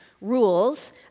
rules